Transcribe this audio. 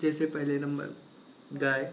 जैसे पहले नम्बर गाय